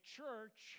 church